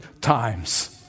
times